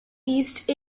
east